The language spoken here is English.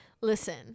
Listen